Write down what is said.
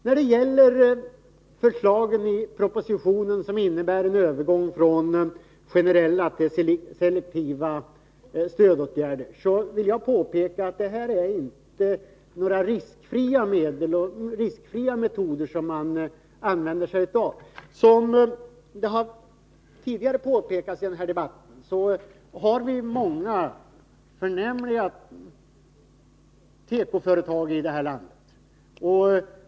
När det gäller förslagen i propositionen som innebär en övergång från generella till selektiva stödåtgärder, vill jag påpeka att det inte är några riskfria metoder man använder sig av. Som tidigare påpekats i den här debatten, har vi många förnämliga tekoföretag i landet.